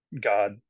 God